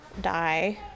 die